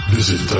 Visit